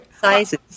sizes